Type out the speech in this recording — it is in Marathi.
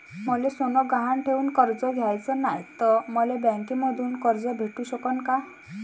मले सोनं गहान ठेवून कर्ज घ्याचं नाय, त मले बँकेमधून कर्ज भेटू शकन का?